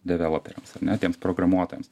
developeriams ar ne tiems programuotojams